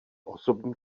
osobní